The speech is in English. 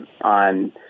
on